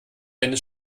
eine